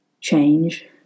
change